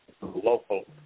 local